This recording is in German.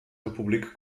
republik